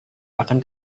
akan